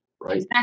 right